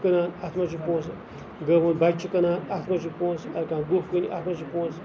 کٕنان اَتھ مَنٛز چھُ پونٛسہٕ گٲو ہُنٛد بَچہِ چھِ کٕنان اَتھ مَنٛز چھُ پونٛسہٕ اگر کانٛہہ گُہہ کٕنہِ اَتھ مَنٛز چھُ پونٛسہٕ